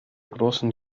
großen